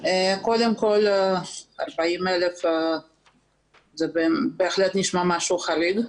קודם כל 40,000 זה בהחלט נשמע משהו חריג.